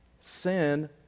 Sin